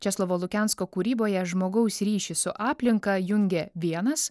česlovo lukensko kūryboje žmogaus ryšį su aplinka jungia vienas